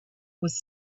was